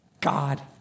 God